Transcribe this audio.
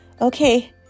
okay